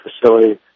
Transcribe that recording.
facility